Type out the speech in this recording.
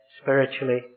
spiritually